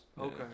Okay